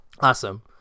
Awesome